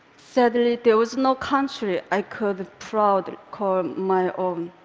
suddenly, there was no country i could proudly call my own.